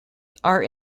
are